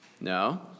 No